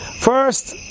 First